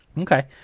okay